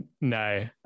No